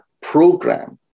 program